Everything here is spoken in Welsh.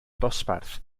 dosbarth